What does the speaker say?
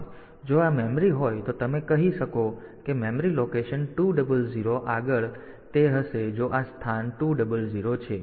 તેથી જો આ મેમરી હોય તો તમે કહી શકો કે મેમરી લોકેશન 200 આગળ તે હશે જો આ સ્થાન 200 છે